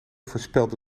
voorspelde